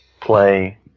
play